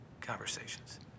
conversations